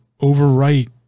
overwrite